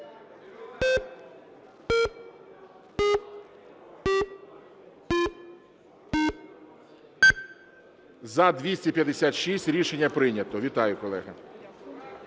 За-256 Рішення прийнято. Вітаю, колеги.